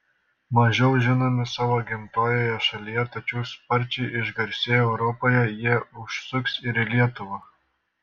mažiau žinomi savo gimtojoje šalyje tačiau sparčiai išgarsėję europoje jie užsuks ir į lietuvą